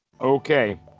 Okay